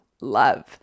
love